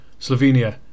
Slovenia